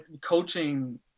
coaching